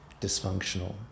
dysfunctional